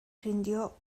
rindió